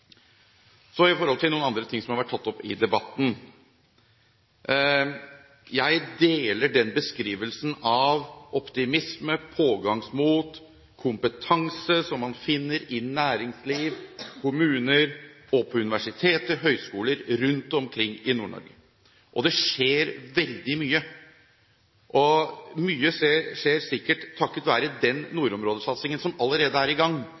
til noen andre ting som er tatt opp i debatten. Jeg deler beskrivelsen av optimisme, pågangsmot og kompetanse som man finner i næringsliv, i kommuner, på universiteter og høyskoler rundt omkring i Nord-Norge. Det skjer veldig mye. Mye skjer sikkert takket være den nordområdesatsingen som allerede er i gang,